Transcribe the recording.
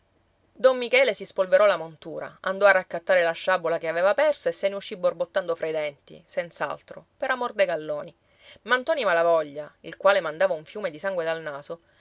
don michele si spolverò la montura andò a raccattare la sciabola che aveva persa e se ne uscì borbottando fra i denti senz'altro per amor dei galloni ma ntoni malavoglia il quale mandava un fiume di sangue dal naso